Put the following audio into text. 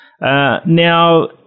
Now